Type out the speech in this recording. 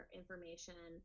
information